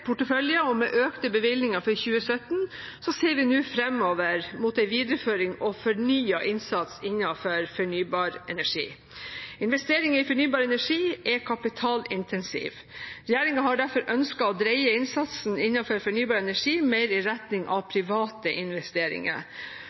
portefølje og med økte bevilgninger for 2017 ser vi nå framover mot en videreføring og fornyet innsats innenfor fornybar energi. Investeringer i fornybar energi er kapitalintensivt. Regjeringen har derfor ønsket å dreie innsatsen innenfor fornybar energi mer i retning av private investeringer.